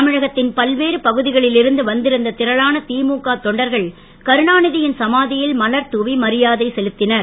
தமிழகத்தின் பல்வேறு பகுதிகளில் இருந்து வந்திருந்த திரளான திமுக தொண்டர்கள் கருணாநிதியின் சமாதியில் மலர் தூவி மரியாதை செலுத்தினர்